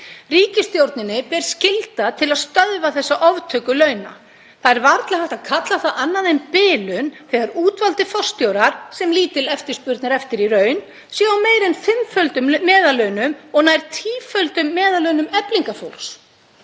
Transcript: Ríkisstjórninni ber skylda til að stöðva þessa oftöku launa. Það er varla hægt að kalla það annað en bilun þegar útvaldir forstjórar, sem lítil eftirspurn er eftir í raun, eru á meira en fimmföldum meðallaunum og nær tíföldum meðallaunum Eflingarfólks.